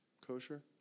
kosher